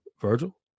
virgil